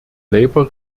labour